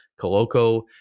Coloco